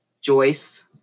Joyce